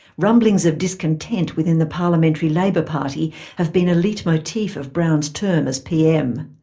rumblings of discontent within the parliamentary labour party have been a leitmotif of brown's term as pm.